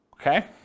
Okay